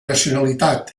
nacionalitat